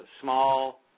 small